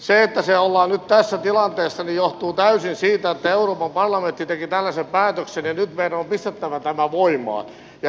se että ollaan nyt tässä tilanteessa johtuu täysin siitä että euroopan parlamentti teki tällaisen päätöksen ja nyt meidän on pistettävä tämä voimaan